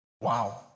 Wow